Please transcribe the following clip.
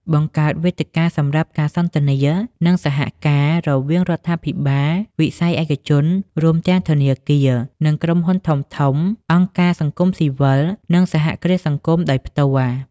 បង្កើតវេទិកាសម្រាប់ការសន្ទនា និងសហការ រវាងរដ្ឋាភិបាល វិស័យឯកជន រួមទាំងធនាគារ និងក្រុមហ៊ុនធំៗ អង្គការសង្គមស៊ីវិល និងសហគ្រាសសង្គមដោយផ្ទាល់ ។